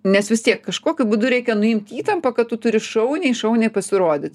nes vis tiek kažkokiu būdu reikia nuimti įtampą kad tu turi šauniai šauniai pasirodyt